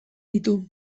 ditu